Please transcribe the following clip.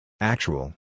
Actual